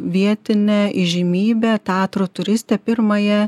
vietinę įžymybę tatrų turistę pirmąją